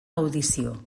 audició